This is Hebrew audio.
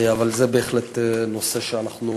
אבל זה בהחלט נושא שאנחנו,